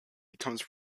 becomes